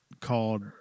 called